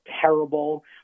terrible